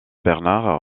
bernard